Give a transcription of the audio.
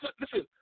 Listen